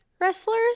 wrestlers